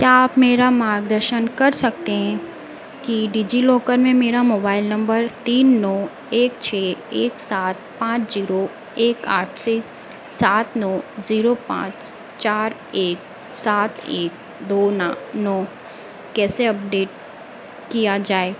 क्या आप मेरा मार्गदर्शन कर सकते हैं कि डिजिलॉकर में मेरा मोबाइल नंबर तीन नौ एक छः एक सात पाँच जीरो एक आठ से सात नौ जीरो पाँच चार एक सात एक दो नो नौ कैसे अपडेट किया जाए